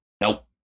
nope